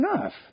enough